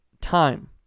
time